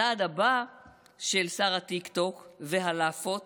הצעד הבא של שר הטיקטוק והלאפות